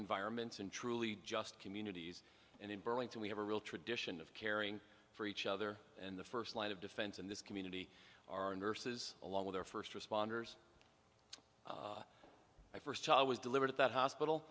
environments and truly just communities and in burlington we have a real tradition of caring for each other and the first line of defense in this community our nurses along with our first responders my first child was delivered at that hospital